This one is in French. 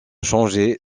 changer